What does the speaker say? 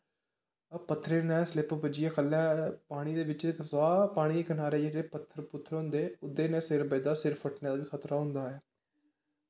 पत्थरै नै स्लिप बज्जियै खल्लै पानी दै बिच्च पानी दे कनारै जेह्ड़े पत्थर पुत्थर होंदे उंदे नै सिर बजदा सिर फटने दा बी परा होंदा ऐ